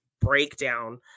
breakdown